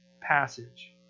passage